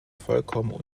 vollkommen